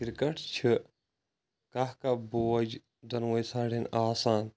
cricket چھ کاہ کاہ بوج دۄنوٕے سایڈَن آسان